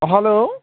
hello